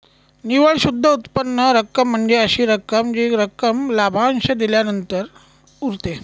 निव्वळ शुद्ध उत्पन्न रक्कम म्हणजे अशी रक्कम जी रक्कम लाभांश दिल्यानंतर उरते